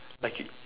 like he